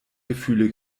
gefühle